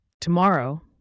Tomorrow